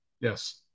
Yes